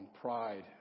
pride